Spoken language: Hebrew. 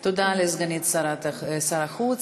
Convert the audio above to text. תודה לסגנית שר החוץ.